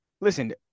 listen